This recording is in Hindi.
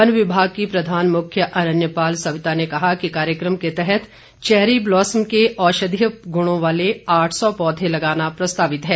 वन विभाग की प्रधान मुख्य अरण्यपाल सविता ने कहा कि कार्यक्रम के तहत चैरी ब्लॉसम के औषधीय गुणों वाले आठ सौ पौधे लगाना प्रस्तावित है